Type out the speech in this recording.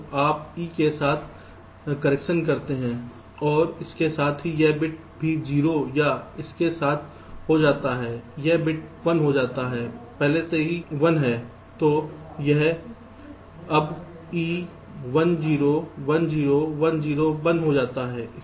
तो आप e के साथ करेक्शन करते हैं और इसके साथ ही यह बिट भी 0 या इसके साथ हो जाता है यह बिट 1 हो जाता है पहले से ही 1 है तो अब e 1 0 1 0 1 0 1 हो जाता है